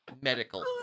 Medical